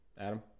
Adam